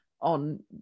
on